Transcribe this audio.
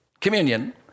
communion